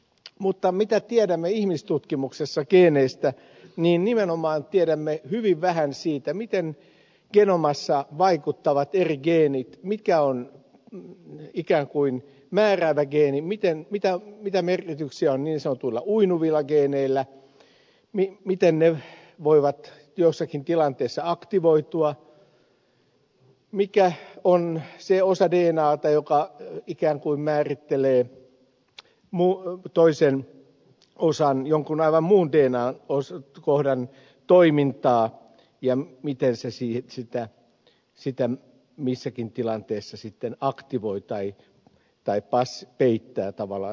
mutta mitä tiedämme ihmistutkimuksessa geeneistä niin nimenomaan tiedämme hyvin vähän siitä miten genomissa vaikuttavat eri geenit mikä on ikään kuin määräävä geeni mitä merkityksiä on niin sanotuilla uinuvilla geeneillä miten ne voivat joissakin tilanteissa aktivoitua mikä on se osa dnata joka ikään kuin määrittelee jonkun aivan muun dna kohdan toimintaa ja miten se sitä missäkin tilanteissa sitten aktivoi tai peittää tavallaan sen toiminnan